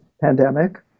pandemic